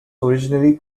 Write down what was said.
originally